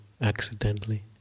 accidentally